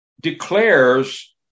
declares